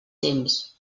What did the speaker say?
temps